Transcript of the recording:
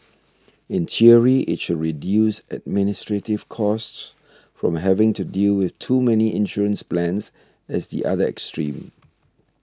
in theory it should reduce administrative costs from having to deal with too many insurance plans as the other extreme